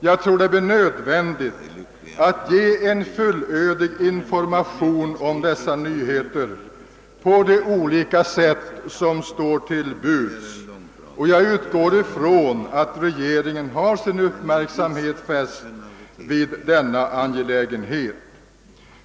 Jag tror det blir nödvändigt att ge en fullödig information om desa nyheter på de olika sätt som står till buds, och jag utgår från att regeringen har sin uppmärksamhet fäst vid denna angelägenhet.